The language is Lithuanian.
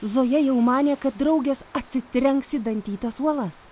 zoja jau manė kad draugės atsitrenks į dantytas uolas